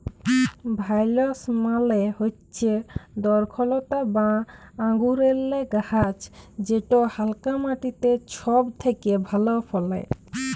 ভাইলস মালে হচ্যে দরখলতা বা আঙুরেল্লে গাহাচ যেট হালকা মাটিতে ছব থ্যাকে ভালো ফলে